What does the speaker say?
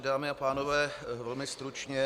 Dámy a pánové, velmi stručně.